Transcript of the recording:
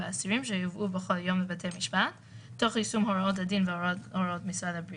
תוקפו של החוק עצמו מותנה בתוקף חוק הסמכויות.